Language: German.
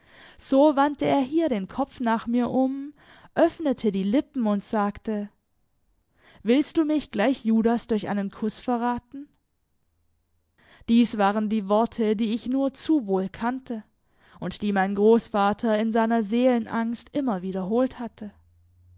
so wandte er hier den kopf nach mir um öffnete die lippen und sagte willst du mich gleich judas durch einen kuß verraten dies waren die worte die ich nur zu wohl kannte und die mein großvater in seiner seelenangst immer wiederholt hatte